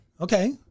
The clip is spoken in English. Okay